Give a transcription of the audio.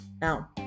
now